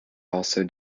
also